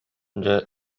дьэ